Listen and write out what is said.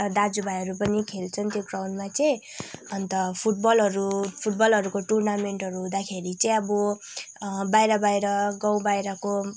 दाजुभाइहरू पनि खेल्छन् त्यो ग्राउन्डमा चाहिँ अन्त फुटबलहरू फुटबलहरूको टुर्नामेन्टहरू हुँदाखेरि चाहिँ अब बाहिर बाहिर गाउँबाहिरको